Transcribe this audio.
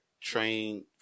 train